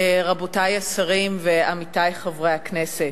רבותי השרים ועמיתי חברי הכנסת,